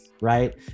right